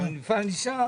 אבל המפעל נשאר.